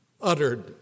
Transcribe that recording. uttered